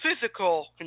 physical